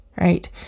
right